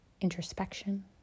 introspection